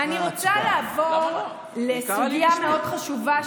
אני רוצה לעבור לסוגיה מאוד חשובה,